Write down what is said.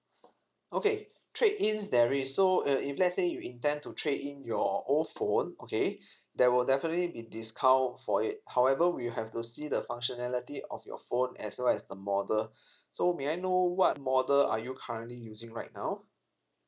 okay trade ins there is so uh if let's say you intend to trade in your old phone okay there will definitely be discount for it however we'll have the see the functionality of your phone as well as the model so may I know what model are you currently using right now